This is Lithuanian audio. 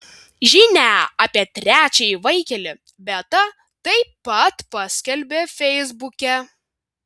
žinią apie trečiąjį vaikelį beata taip pat paskelbė feisbuke